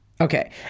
Okay